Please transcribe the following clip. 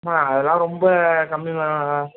madam அதெலாம் ரொம்ப கம்மி மேடம் அது